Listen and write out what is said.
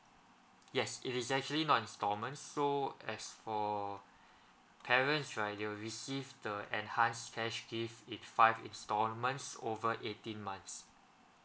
yes it is actually not installments so as for parents right you'll receive the enhance cash gift in five installments over eighteen months